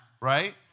right